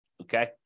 okay